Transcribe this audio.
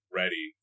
ready